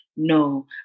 No